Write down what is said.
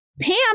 Pam